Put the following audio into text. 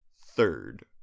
Third